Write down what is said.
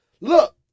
Look